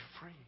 free